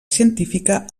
científica